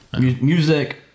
music